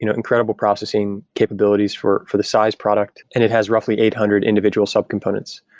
you know incredible processing capabilities for for the size product and it has roughly eight hundred individual subcomponents.